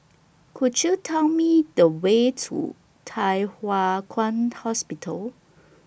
Could YOU Tell Me The Way to Thye Hua Kwan Hospital